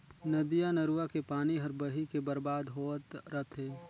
नदिया नरूवा के पानी हर बही के बरबाद होवत रथे